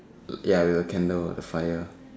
ya with the candle the fire